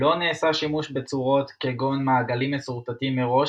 לא נעשה שימוש בצורות כגון מעגלים משורטטים מראש